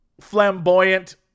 Flamboyant